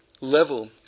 level